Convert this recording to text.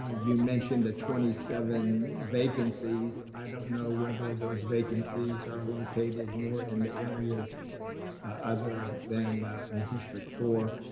ah you mentioned the twenty seven vacancies. i don't know whether those vacancies are located more in the areas other than the ah district four.